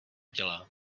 dělá